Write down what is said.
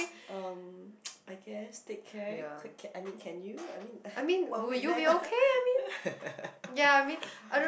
um I guess take care I mean can you I mean one week left